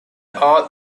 all